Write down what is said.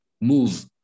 move